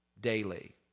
daily